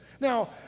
Now